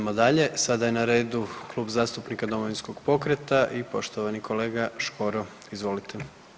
Idemo dalje, sada je na redu Klub zastupnika Domovinskog pokreta i poštovani kolega Škoro, izvolite.